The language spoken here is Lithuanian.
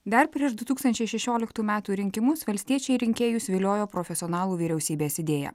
dar prieš du tūkstančiai šešioliktų metų rinkimus valstiečiai rinkėjus viliojo profesionalų vyriausybės idėja